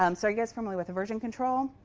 um so you guys familiar with the version control?